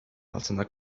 altında